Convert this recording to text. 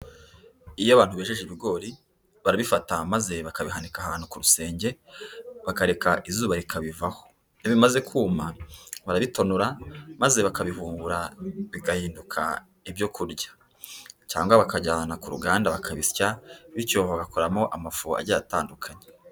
Iyo abantu bejeje ibigori barabifata maze bakabihanika ahantu ku rusenge bakareka izuba rikabivaho, iyo bimaze kuma barabitonora maze bakabihungura bigahinduka ibyo kurya, cyangwa bakajyana ku ruganda bakabisya bityo bagakoramo amafu agiye atandukanye.